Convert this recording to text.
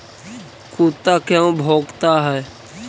कुत्ता क्यों भौंकता है?